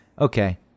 okay